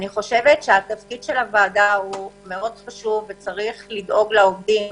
אני חושבת שתפקיד הוועדה מאוד חשוב וצריך לדאוג לעובדים,